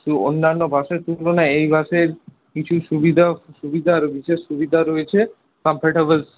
অন্যান্য বাসের তুলনায় এই বাসের কিছু সুবিধা বিশেষ সুবিধা রয়েছে কমফোর্টেবল সিট